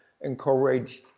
encouraged